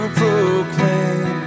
proclaim